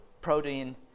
protein